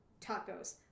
Tacos